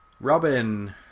Robin